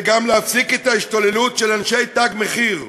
זה גם להפסיק את ההשתוללות של אנשי "תג מחיר",